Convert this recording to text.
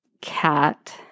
cat